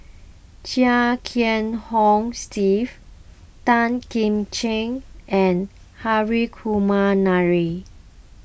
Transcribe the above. Chia Kiah Hong Steve Tan Kim Ching and Hri Kumar Nair